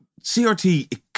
CRT